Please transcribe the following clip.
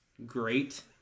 Great